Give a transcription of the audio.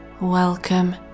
Welcome